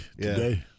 Today